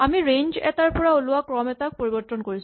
আমি ৰেঞ্জ এটাৰ পৰা ওলোৱা ক্ৰম এটাক পৰিবৰ্তন কৰিছো